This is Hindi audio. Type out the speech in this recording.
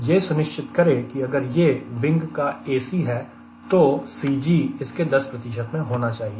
यह सुनिश्चित करें कि अगर यह विंग का AC है तो CG इसके 10 में होना चाहिए